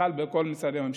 בכלל בכל משרדי הממשלה.